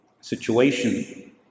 situation